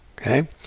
Okay